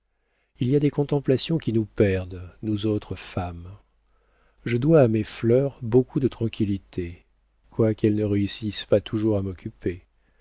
il y a des contemplations qui nous perdent nous autres femmes je dois à mes fleurs beaucoup de tranquillité quoiqu'elles ne réussissent pas toujours à m'occuper